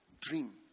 Dream